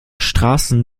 straßen